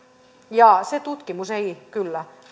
ja se tutkimus ei kyllä